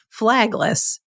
flagless